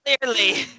clearly